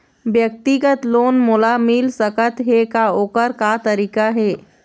व्यक्तिगत लोन मोल मिल सकत हे का, ओकर का तरीका हे?